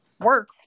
work